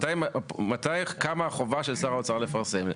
מתי קמה החובה של שר האוצר לפרסם?